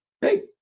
Hey